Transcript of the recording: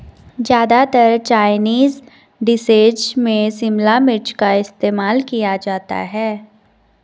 ज्यादातर Chinese dishes में शिमला मिर्च का इस्तेमाल किया जाता है